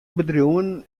bedriuwen